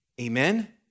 amen